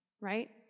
right